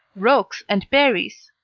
rocs and peris.